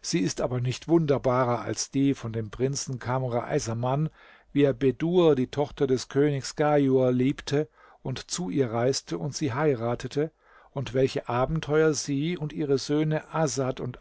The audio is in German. sie ist aber nicht wunderbarer als die von dem prinzen kamr essaman wie er bedur die tochter des königs ghaiur liebte und zu ihr reiste und sie heiratete und welche abenteuer sie und ihre söhne asad und